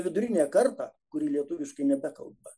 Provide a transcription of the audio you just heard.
viduriniąją kartą kuri lietuviškai nebekalba